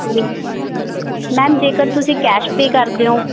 ਜੀ ਮੈਮ ਜੇਕਰ ਤੁਸੀਂ ਕੈਸ਼ ਪੇ ਕਰਦੇ ਓਂ